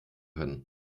können